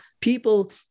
people